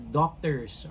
doctors